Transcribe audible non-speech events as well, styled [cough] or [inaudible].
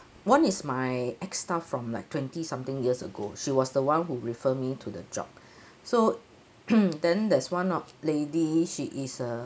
one is my ex staff from like twenty something years ago she was the one who refer me to the job so [coughs] then there's one lady she is a